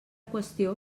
qüestió